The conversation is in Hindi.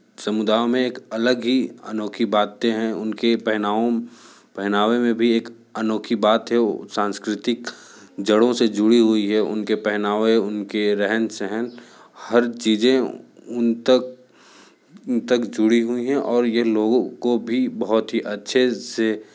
समुदायों में एक अलग ही अनोखी बातें हैं उनके पहनावों पहनावे में भी एक अनोखी बात है सांस्कृतिक जड़ो से जुड़ी हुई है उनके पहनावे उनके रहन सहन हर चीज़े उन तक उन तक जुड़ी हुई हैं और ये लोगों को भी बहुत ही अच्छे से